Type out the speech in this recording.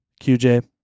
QJ